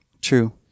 True